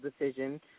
decision